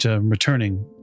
returning